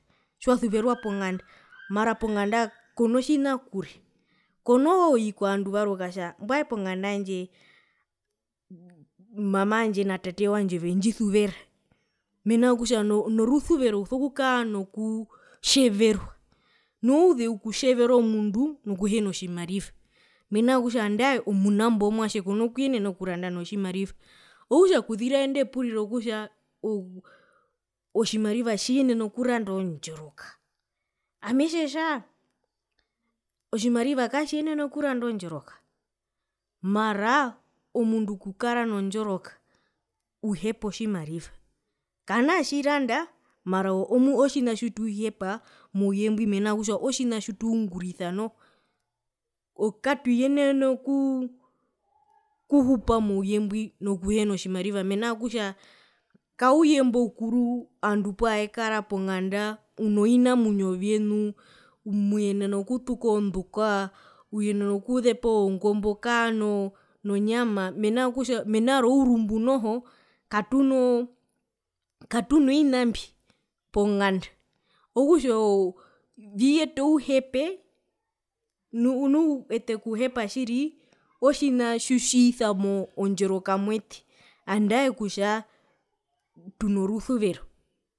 Tjiwasuverwa ponganda mara ponganda kona tjina okuria konooi kovandu varwe okatja mbwae ponganda yandje mama wandje na tate wandje vendjisuvera mena rokutja norusuvero uso kukara nokutjeverwa nu ouzeu okutjevera omundu nokuhino tjimariva mena rikutja andae omunambo womwatje kona kuyenena okurada notjimariva okutja okuzira inde puriro rokutja otjimariva tjiyenena okuranda ondjoroka ami etjetjaa otjimariva katjiyenene okuranda ondjoroka mara omundu okukara nondjoroka uhepa otjimariva kanaa tjiranda mara otjina tjituhepa mouye mbwi mena rokutja otjina tjitungurisa noho o katuyenene okuu kuhupa mouye mbwi nokuhena tjimariva mena rokutja kauye imbo ukuru ovandu pavekara ponganda unovina vinamwinyo vyenu uyenena okutuka ondukwa uyenena okuzepa ongombo okaa noo nyama mena rokutja mena rourumbu noho katunoo katuno oo katuno vina mbi ponganda okutja oo viyeta ouhepe nu nu ete okuhepa tjiri otjina tjitjisamo ondjoroka mwete andae kutja tuno rusuvero.